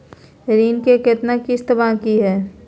ऋण के कितना किस्त बाकी है?